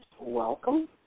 welcome